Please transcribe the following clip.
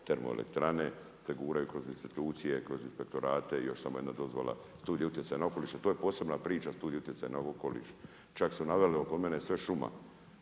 termoelektrane se guraju kroz institucije, kroz inspektorate, još samo jedna dozvola, studij utjecaj na okoliš, jer to je posebna priča, studij utjecaj na okoliš. Čak su naveli da je kod mene sve šuma.